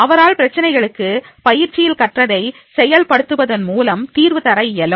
அவரால் பிரச்சனைகளுக்கு பயிற்சியில் கற்றதை செயல் படுத்துவதன் மூலம் தீர்வு தர இயலும்